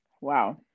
Wow